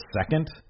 second